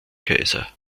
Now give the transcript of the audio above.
kaiser